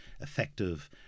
effective